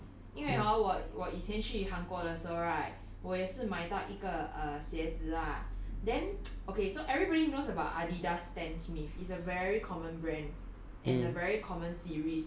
eh anyway I want to brag about something 因为 hor 我我以前去韩国的时候 right 我也是买到一个 err 鞋子 ah then okay so everybody knows about adidas stan smith is a very common brand